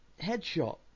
Headshot